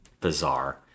bizarre